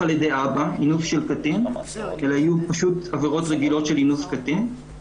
על ידי האב אלא פשוט עבירות רגילות של אינוס קטין.